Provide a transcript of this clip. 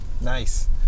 Nice